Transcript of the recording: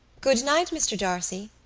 good-night, mr. d'arcy.